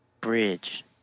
bridge